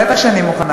בטח שאני מוכנה,